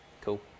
cool